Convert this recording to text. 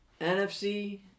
NFC